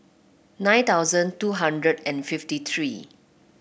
nine thousand two hundred and fifty three